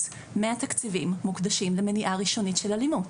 מהתקציבים מוקדשים למניעה ראשונית של אלימות.